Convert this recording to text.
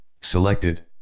selected